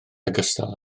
ogystal